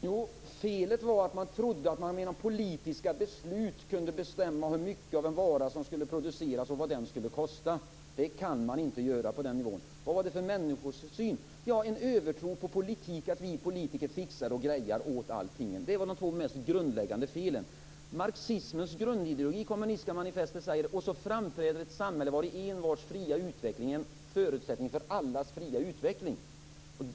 Fru talman! Felet var att man trodde att man genom politiska beslut kunde bestämma hur mycket av en vara som skulle produceras och vad den skulle kosta. Det kan man inte göra på den nivån. Vad var det för människosyn? Det var en övertro på politiken och att vi politiker fixar och grejar åt allt och alla. Det var de två mest grundläggande felen. Marxismens grundideologi i Kommunistiska manifestet säger: Och så framträder ett samhälle vari envars fria utveckling är en förutsättning för allas fria utveckling.